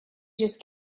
just